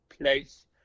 place